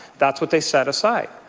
that's what they set aside.